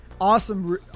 Awesome